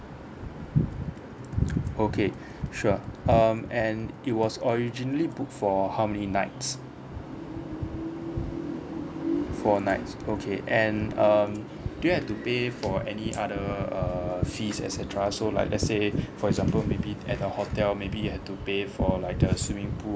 okay sure um and it was originally book for how many nights four nights okay and um do you had to pay for any other err fees et cetera so like let's say for example maybe at the hotel maybe you had to pay for like the swimming pool